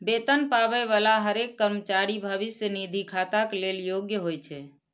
वेतन पाबै बला हरेक कर्मचारी भविष्य निधि खाताक लेल योग्य होइ छै